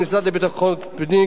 המשרד לביטחון פנים,